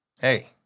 hey